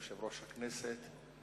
יושב-ראש הכנסת,